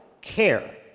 care